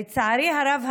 לצערי הרב,